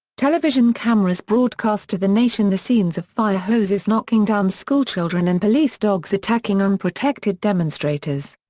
television cameras broadcast to the nation the scenes of fire hoses knocking down schoolchildren and police dogs attacking unprotected demonstrators.